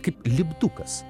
kaip lipdukas